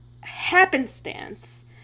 happenstance